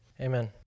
Amen